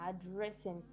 addressing